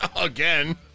Again